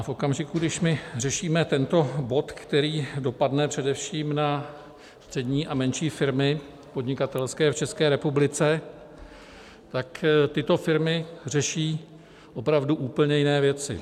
V okamžiku, kdy my řešíme tento bod, který dopadne především na střední a menší podnikatelské firmy v České republice, tak tyto firmy řeší opravdu úplně jiné věci.